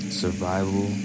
survival